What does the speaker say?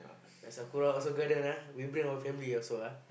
at Sakura or Seoul-Garden ah we bring our family also ah